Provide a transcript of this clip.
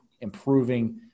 improving